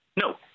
No